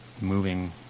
moving